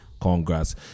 congrats